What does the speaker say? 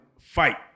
fight